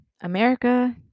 America